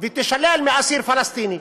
והיא תישלל מאסיר פלסטיני.